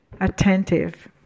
attentive